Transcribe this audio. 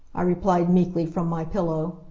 i replied meekly, from my pillow.